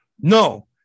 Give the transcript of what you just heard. No